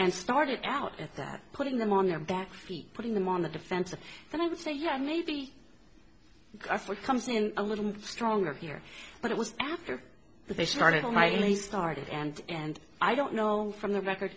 and started out at that putting them on their back feet putting them on the defensive then i would say yeah maybe i for comes in a little stronger here but it was after they started on my he started and and i don't know from the record